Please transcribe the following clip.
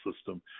system